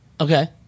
Okay